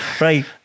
right